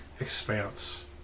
expanse